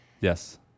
Yes